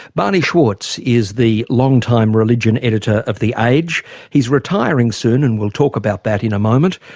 barney zwartz is the long-time religion editor of the age he's retiring soon and we'll talk about that in a moment.